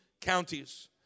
counties